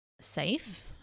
safe